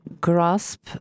grasp